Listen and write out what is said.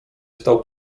stał